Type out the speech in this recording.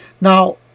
Now